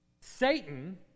Satan